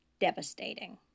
devastating